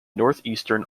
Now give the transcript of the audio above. northeastern